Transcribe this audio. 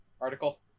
article